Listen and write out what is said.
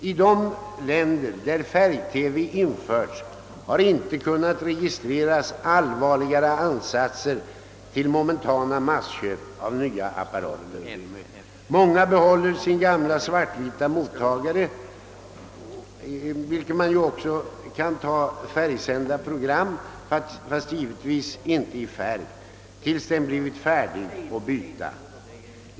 I de länder där färg-TV införts har man inte kunnat registrera allvarliga ansatser till momentana massinköp av nya apparater. Många behåller sina gamla mottagare, som är gjorda för svart-vitt och på vilka man också kan ta emot färgsända program — givetvis inte i färg — tills det blivit dags att byta dem.